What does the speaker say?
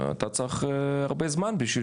אתה צריך הרבה זמן בשביל